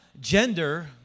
gender